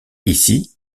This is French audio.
ici